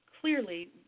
Clearly